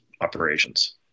operations